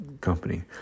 company